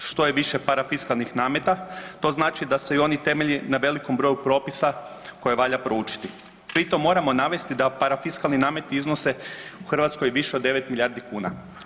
Što je više parafiskalnih nameta to znači da se i oni temelje na velikom broju propisa koje valja proučiti pri tom moramo navesti da parafiskalni nameti iznose u Hrvatskoj više od 9 milijardi kuna.